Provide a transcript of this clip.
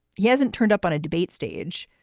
he hasn't turned up on a debate stage.